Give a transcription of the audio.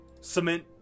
cement